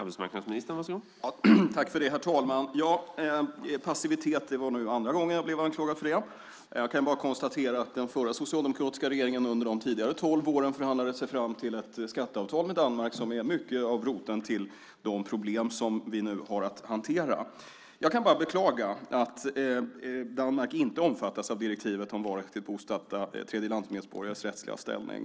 Herr talman! Passivitet - det var andra gången jag blev anklagad för det. Jag kan konstatera att den förra socialdemokratiska regeringen under de tidigare tolv åren förhandlade sig fram till ett skatteavtal med Danmark som i mycket är roten till de problem vi nu har att hantera. Jag kan bara beklaga att Danmark inte omfattas av direktivet om varaktigt bosatta tredjelandsmedborgares rättsliga ställning.